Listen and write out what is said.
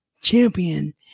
champion